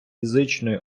фізичної